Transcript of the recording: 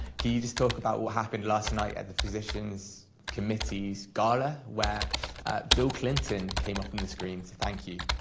can you just talk about what happened last night at the physicians committees gala where bill clinton came up on the screens to thank you?